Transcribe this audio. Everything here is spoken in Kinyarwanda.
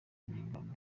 n’ingabo